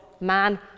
man